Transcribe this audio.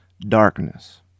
darkness